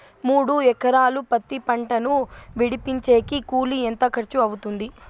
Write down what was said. మూడు ఎకరాలు పత్తి పంటను విడిపించేకి కూలి ఎంత ఖర్చు అవుతుంది?